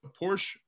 Porsche